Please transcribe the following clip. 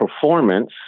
performance